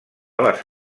les